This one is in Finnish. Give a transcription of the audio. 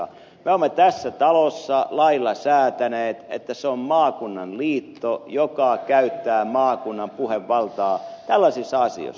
me olemme tässä talossa lailla säätäneet että se on maakunnan liitto joka käyttää maakunnan puhevaltaa tällaisissa asioissa